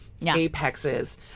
apexes